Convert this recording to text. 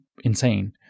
insane